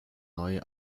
neue